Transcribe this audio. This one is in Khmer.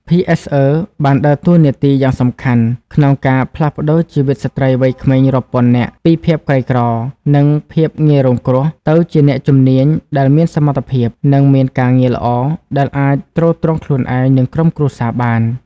PSE បានដើរតួនាទីយ៉ាងសំខាន់ក្នុងការ ផ្លាស់ប្តូរជីវិតស្ត្រីវ័យក្មេងរាប់ពាន់នាក់ ពីភាពក្រីក្រ និងភាពងាយរងគ្រោះ ទៅជាអ្នកជំនាញដែលមានសមត្ថភាព និងមានការងារល្អ ដែលអាចទ្រទ្រង់ខ្លួនឯង និងក្រុមគ្រួសារបាន។